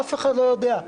אף אחד לא יודע.